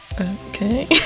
Okay